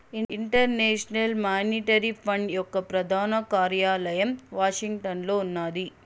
international monetary fund యొక్క ప్రధాన కార్యాలయం వాషింగ్టన్లో ఉన్నాది